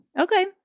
Okay